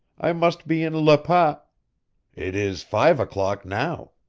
i must be in le pas it is five o'clock now,